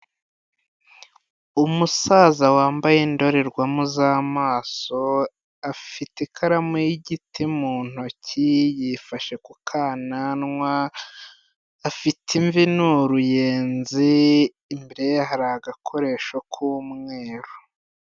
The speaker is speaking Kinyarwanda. Umusaza wambaye indorerwamo z'amaso, afite ikaramu yigiti mu ntoki, yifashe ku kananwa, afite imvi ni uruyenzi, imbere ye hari agakoresho k'umweruru.